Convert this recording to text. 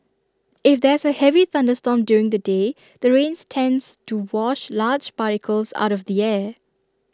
if there's A heavy thunderstorm during the day the rains tends to wash large particles out of the air